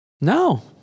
No